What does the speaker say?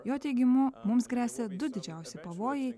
jo teigimu mums gresia du didžiausi pavojai